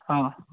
অঁ